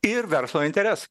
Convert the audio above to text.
ir verslo interesai